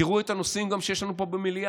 תראו את הנושאים שגם יש לנו פה במליאה.